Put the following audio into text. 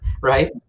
right